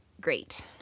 great